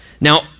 Now